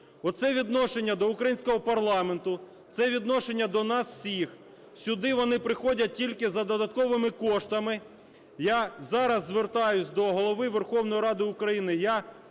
Оце відношення до українського парламенту, це відношення до нас всіх. Сюди вони приходять тільки за додатковими коштами. Я зараз звертаюсь до Голови Верховної Ради України.